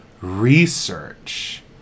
Research